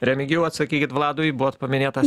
remigijau atsakykit vladui buvot paminėtas